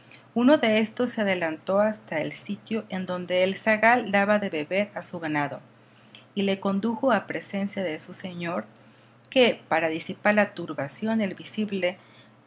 uno de éstos se adelantó hasta el sitio en donde el zagal daba de beber a su ganado y le condujo a presencia de su señor que para disipar la turbación y el visible